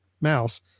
mouse